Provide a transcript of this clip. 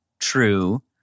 true